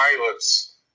pilots